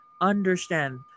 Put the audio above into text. understand